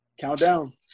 Countdown